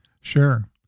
sure